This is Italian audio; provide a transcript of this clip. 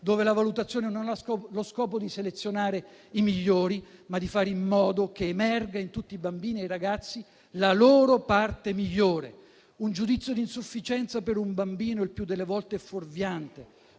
dove la valutazione non ha lo scopo di selezionare i migliori, ma di fare in modo che emerga, in tutti i bambini e i ragazzi, la loro parte migliore. Un giudizio di insufficienza per un bambino il più delle volte è fuorviante,